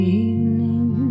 evening